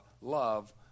love